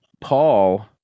Paul